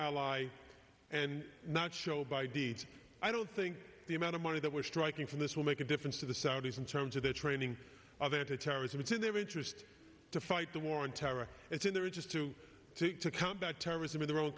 ally and not show by deed i don't think the amount of money that we're striking from this will make a difference to the saudis in terms of their training of anti terrorism it's in their interest to fight the war on terror it's in their interest to take to combat terrorism in their own